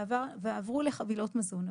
ועברו לחבילות מזון.